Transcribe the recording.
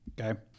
Okay